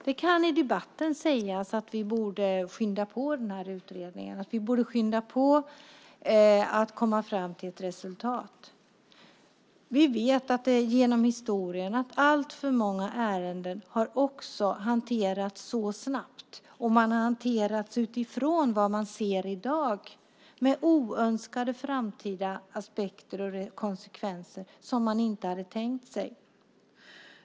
Det kan i debatten sägas att vi borde skynda på utredningen och skynda på när det gäller att komma fram till ett resultat. Vi vet genom historien att alltför många ärenden har hanterats snabbt, och hanterats utifrån vad man ser just för dagen med oönskade framtida aspekter och konsekvenser som man inte hade tänkt sig.